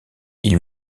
ils